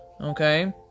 Okay